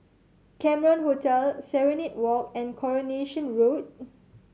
Cameron Hotel Serenade Walk and Coronation Road